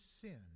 sin